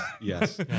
yes